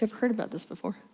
heard about this before?